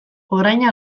orain